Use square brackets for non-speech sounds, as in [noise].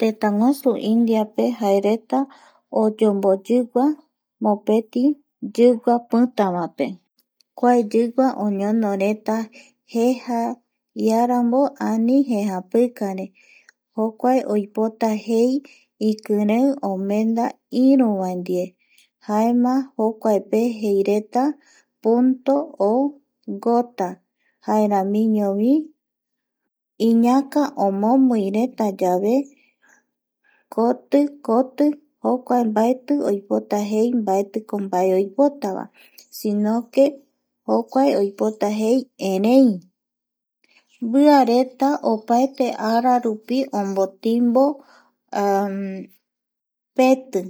Tëtäguasu Indiape jaereta oyomboyigua [noise] mopeti yigua pitavaepe kua yigua oñonoreta jeja iarambo ani jejapikare jokuae oipota jei ikirei omenda iruvae ndie jaema jokuape jeireta punto o cota jaeramiñovi iñaka omomiiretayave kotikoti jokuae matei oipota jei mbaeti ko mbae oipotavae sino que [noise] jokuae oipota jei erei mbiareta opaete ara rupi omotimbo [hesitation] peti